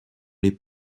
les